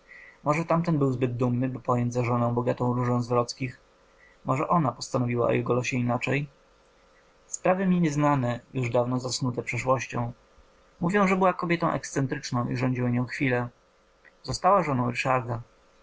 może tamten był zbyt dumny by pojąć za żonę bogatą różę z wrockich może ona postanowiła o jego losie inaczej sprawy mi nieznane już dawno zasnute przeszłością mówią że była kobietą ekscentryczną i rządziły nią chwile została żoną ryszarda